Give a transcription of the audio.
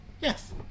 Yes